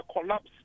collapse